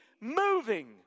moving